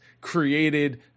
created